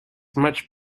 much